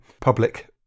public